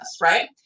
right